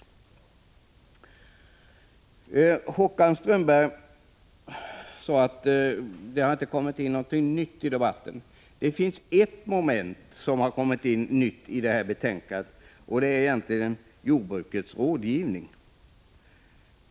Håkan Strömberg sade att det inte har kommit in något nytt i debatten. Det finns ett moment som har kommit till i detta betänkande, nämligen rådgivningen till jordbruket.